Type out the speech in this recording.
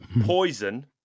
poison